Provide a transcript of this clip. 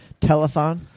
telethon